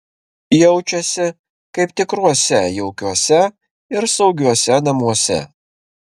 jaučiasi kaip tikruose jaukiuose ir saugiuose namuose